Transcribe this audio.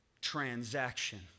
transaction